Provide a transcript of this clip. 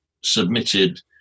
submitted